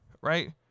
Right